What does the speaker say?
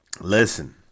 listen